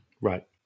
Right